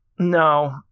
No